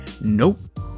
Nope